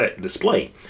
display